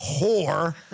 whore